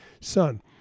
son